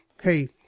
Hey